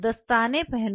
दस्ताने पहनो